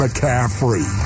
McCaffrey